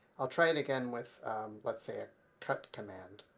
i'll try it again with let's say, a cut command.